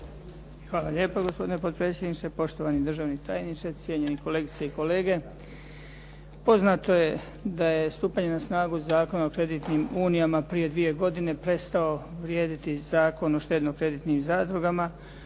Hvala lijepa, gospodine potpredsjedniče. Poštovani državni tajniče, cijenjeni kolegice i kolege. Poznato je da je stupanjem na snagu Zakona o kreditnim unijama prije dvije godine prestao vrijediti Zakon o štedno-kreditnim zadrugama